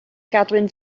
gadwyn